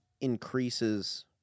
increases